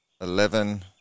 eleven